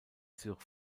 sur